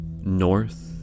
north